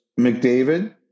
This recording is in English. McDavid